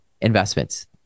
investments